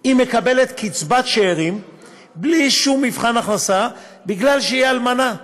היא מקבלת קצבת שאירים בלי שום מבחן הכנסה בגלל שהיא אלמנה,